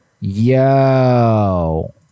Yo